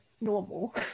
normal